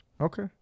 Okay